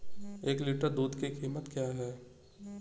एक लीटर दूध की कीमत क्या है?